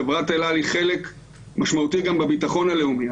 חברת אל על היא חלק משמעותי גם בביטחון הלאומי.